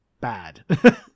Bad